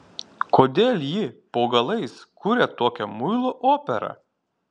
kodėl ji po galais kuria tokią muilo operą